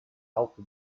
alpha